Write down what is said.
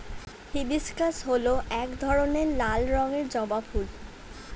hibiscus হল এক ধরনের লাল রঙের জবা ফুল